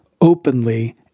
openly